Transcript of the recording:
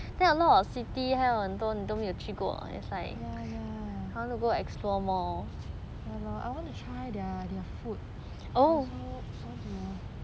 ya ya ya lor I want to try their food also want to